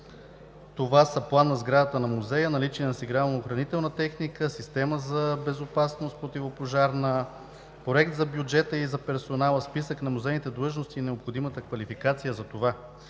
това са план на сградата на музея, наличие на сигнално-охранителна техника, система за безопасност – противопожарна, проект за бюджета и за персонала, списък на музейните длъжности и необходимата квалификация за това.